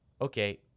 okay